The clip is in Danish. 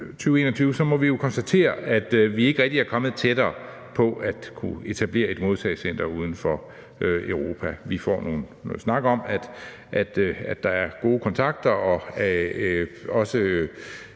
2021, må vi jo konstatere, at vi ikke rigtig er kommet tættere på at kunne etablere et modtagecenter uden for Europa. Vi får noget snak om, at der er gode kontakter og også